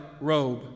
robe